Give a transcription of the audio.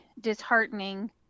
disheartening